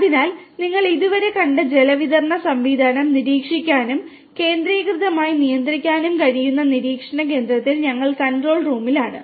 അതിനാൽ നിങ്ങൾ ഇതുവരെ കണ്ട ജലവിതരണ സംവിധാനം നിരീക്ഷിക്കാനും കേന്ദ്രീകൃതമായി നിയന്ത്രിക്കാനും കഴിയുന്ന നിരീക്ഷണ കേന്ദ്രത്തിൽ ഞങ്ങൾ കൺട്രോൾ റൂമിലാണ്